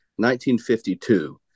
1952